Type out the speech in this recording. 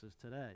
today